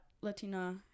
Latina